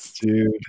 Dude